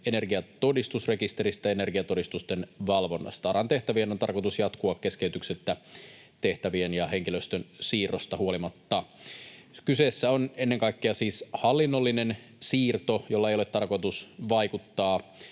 energiatodistusrekisteristä ja energiatodistusten valvonnasta. ARAn tehtävien on tarkoitus jatkua keskeytyksettä tehtävien ja henkilöstön siirrosta huolimatta. Kyseessä on ennen kaikkea siis hallinnollinen siirto, jolla ei ole tarkoitus vaikuttaa